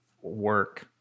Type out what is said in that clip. work